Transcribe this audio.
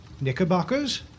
knickerbockers